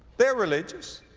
they're religious.